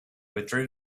withdrew